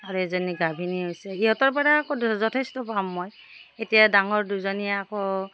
আৰু এজনী গাভিনী হৈছে ইহঁতৰ পৰা আকৌ যথেষ্ট পাম মই এতিয়া ডাঙৰ দুজনীয়ে আকৌ